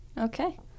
Okay